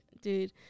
dude